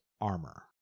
armor